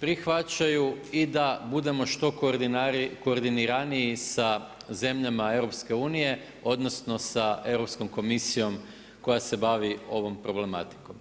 prihvaćaju i da budemo što koordiniraniji sa zemljama EU odnosno sa Europskom komisijom koja se bavi ovom problematikom.